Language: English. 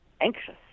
anxious